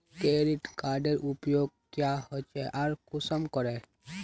Credit कार्डेर उपयोग क्याँ होचे आर कुंसम करे?